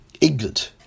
England